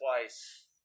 twice